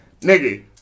nigga